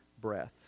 breath